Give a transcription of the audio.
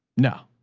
no,